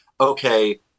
okay